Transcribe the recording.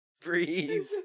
Breathe